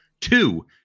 two